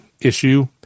issue